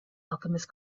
alchemist